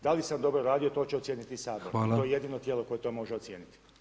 Da li sam dobro radio, to će ocijeniti Sabor, to je jedino tijelo koje to može ocijeniti.